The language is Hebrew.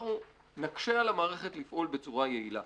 אנחנו נקשה על המערכת לפעול בצורה יעילה.